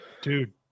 Dude